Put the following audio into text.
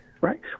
right